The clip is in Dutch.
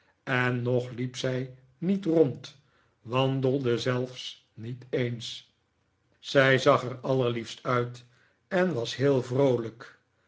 en nog liep zij niet rond wandelde zelfs niet eens zij zag er allerliefst uit eh was heel vroolijk